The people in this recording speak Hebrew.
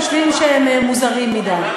חושבים שהם מוזרים מדי.